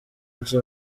nje